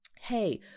hey